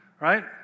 Right